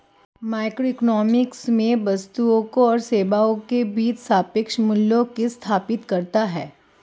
microeconomics में वस्तुओं और सेवाओं के बीच सापेक्ष मूल्यों को स्थापित करता है